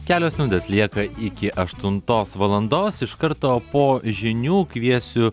kelios minutės lieka iki aštuntos valandos iš karto po žinių kviesiu